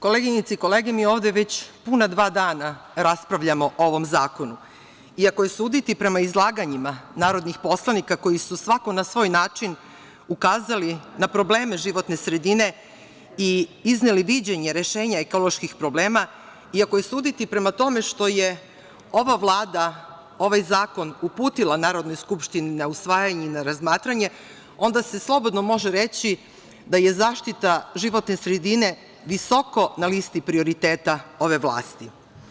Koleginice i kolege, mi ovde već puna dva dana raspravljamo o ovom zakonu i ako je suditi prema izlaganjima narodnih poslanika koji su svako na svoj način ukazali na probleme životne sredine i izneli viđenje rešenja ekoloških problema i ako je suditi po tome što je ova Vlada, ovaj zakon uputila Narodnoj skupštini na usvajanje i na razmatranje, onda se slobodno može reći da je zaštita životne sredine visoko na listi prioriteta ove vlasti.